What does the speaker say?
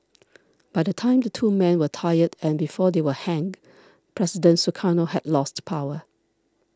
by the time the two men were tried and before they were hanged President Sukarno had lost power